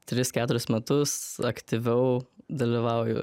tris keturis metus aktyviau dalyvauju